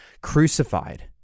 crucified